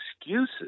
excuses